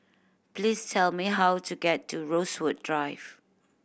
please tell me how to get to Rosewood Drive